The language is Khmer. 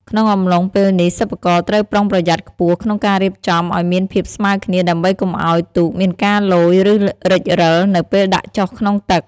ក្នុងអំឡុងពេលនេះ សិប្បករត្រូវប្រុងប្រយ័ត្នខ្ពស់ក្នុងការរៀបចំឲ្យមានភាពស្មើគ្នាដើម្បីកុំឲ្យទូកមានការលយឬរេចរឹលនៅពេលដាក់ចុះក្នុងទឹក។